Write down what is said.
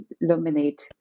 illuminate